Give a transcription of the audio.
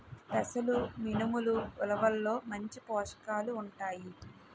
పెసలు మినుములు ఉలవల్లో మంచి పోషకాలు ఉంటాయి